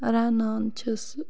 رَنان چھَس